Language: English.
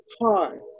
hard